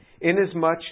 inasmuch